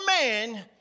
man